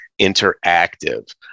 interactive